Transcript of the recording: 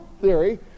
theory